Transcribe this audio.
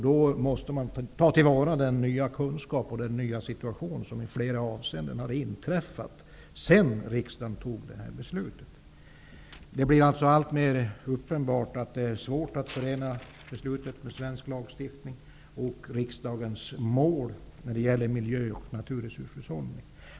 Då måste man ta till vara den nya kunskap -- och den nya situation -- som vi i flera avseenden har fått sedan riksdagen fattade detta beslut. Det blir alltså alltmer uppenbart att det är svårt att förena detta beslut med svensk lagstiftning och med riksdagens mål när det gäller miljö och naturresurshushållning.